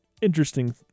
Interesting